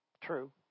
True